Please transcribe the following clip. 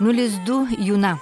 nulis du juna